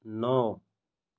नौ